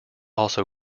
also